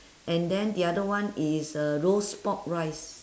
and then the other one is uh roast pork rice